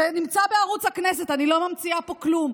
זה נמצא בערוץ הכנסת, אני לא ממציאה כלום.